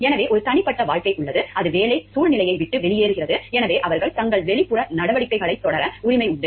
எனவே ஒரு தனிப்பட்ட வாழ்க்கை உள்ளது அது வேலை சூழ்நிலையை விட்டு வெளியேறுகிறது எனவே அவர்கள் தங்கள் வெளிப்புற நடவடிக்கைகளைத் தொடர உரிமை உண்டு